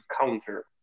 counter